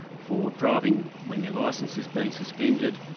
for driving when their licence has been suspended,